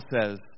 says